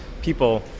people